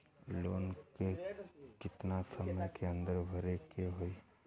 Loan के कितना समय के अंदर भरे के होई?